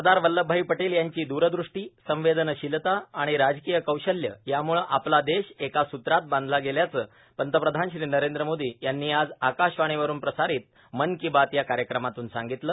सरदार वल्लभभाई पटेल यांची दूरदृष्टी संवेदनशीलता आणि राजकीय कौशल्य यामुळं आपला देश एका सुत्रात बांधला गेल्याचं पंतप्रधान श्री नरेंद्र मोदी यांनी आज आकाशवाणीवरून प्रसारित मन की बातया कार्यक्रमातून सांगितलं